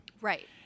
Right